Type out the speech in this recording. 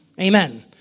amen